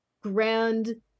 grand